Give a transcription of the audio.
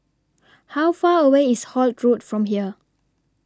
How Far away IS Holt Road from here